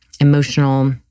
emotional